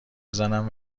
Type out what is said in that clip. بزنم